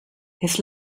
his